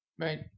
Right